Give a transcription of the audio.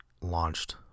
launched